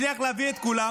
הצליח להביא את כולם,